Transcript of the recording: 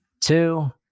two